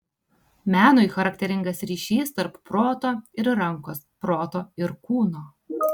menui charakteringas ryšys tarp proto ir rankos proto ir kūno